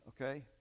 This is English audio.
okay